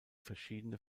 verschiedene